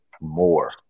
more